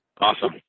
Awesome